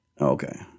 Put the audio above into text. Okay